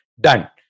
done